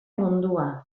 mundua